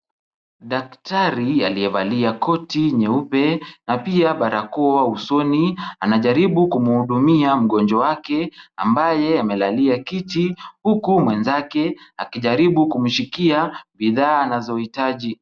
Daktari aliyevalia koti nyeupe na pia barakoa usoni, anajaribu kumhudumia mgonjwa wake ambaye amelalia kiti, huku mwenzake akijaribu kumshikia bidhaa anazohitaji.